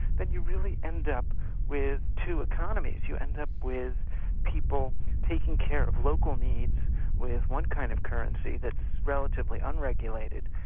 then you're really end up with two economies, you end up with people taking care of local needs with one kind of currency that's relatively unregulated,